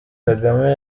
kagame